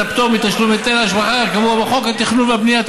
הפטור מתשלום היטל השבחה הקבוע בחוק התכנון והבנייה,